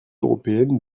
européenne